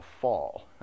fall